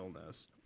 illness